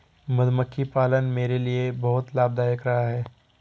मधुमक्खी पालन मेरे लिए बहुत लाभदायक रहा है